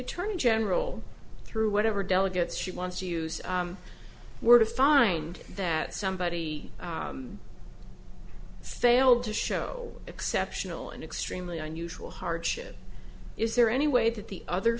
attorney general through whatever delegates she wants to use were to find that somebody failed to show exceptional and extremely unusual hardship is there any way that the other